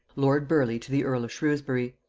lord burleigh to the earl of shrewsbury.